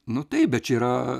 nu taip bet čia yra